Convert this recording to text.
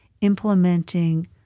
implementing